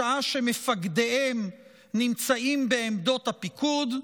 בשעה שמפקדיהם נמצאים בעמדות הפיקוד.